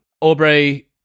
Aubrey